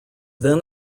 then